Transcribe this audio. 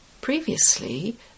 Previously